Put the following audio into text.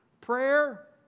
Prayer